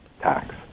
tax